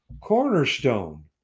cornerstone